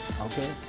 Okay